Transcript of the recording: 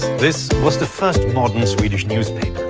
this was the first modern swedish newspaper,